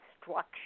structure